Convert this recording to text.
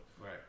Right